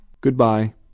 Goodbye